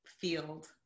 field